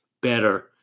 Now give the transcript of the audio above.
better